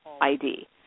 ID